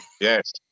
Yes